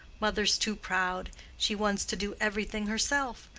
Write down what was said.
mother's too proud she wants to do everything herself.